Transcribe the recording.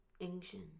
Ancient